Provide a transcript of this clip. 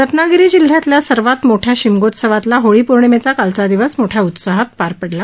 रत्नागिरी जिल्ह्यातल्या सर्वात मोठ्या शिमगोत्सवातला होळीपौर्णिमेचा कालचा दिवस मोठ्या उत्साहात पार पडला